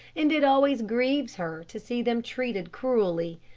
and it always grieves her to see them treated cruelly.